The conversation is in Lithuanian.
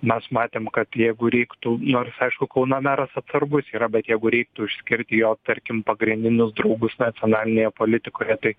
mes matėm kad jeigu reiktų nors aišku kauno meras atsargus yra bet jeigu reiktų išskirti jo tarkim pagrindinius draugus nacionalinėje politikoje tai